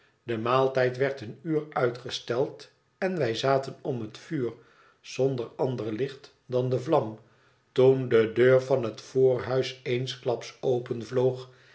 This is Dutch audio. de maaltijd werd een uur uitgesteld en wij zaten om het vuur zonder ander licht dan de vlam toen de deur van het voorhuis eensklaps openvloog